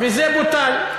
וזה בוטל.